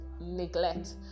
neglect